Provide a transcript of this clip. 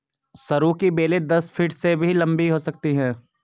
सरू की बेलें दस फीट से भी लंबी हो सकती हैं